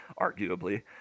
Arguably